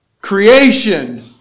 creation